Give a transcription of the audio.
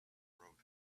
road